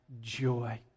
joy